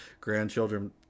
grandchildren